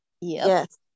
Yes